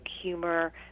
humor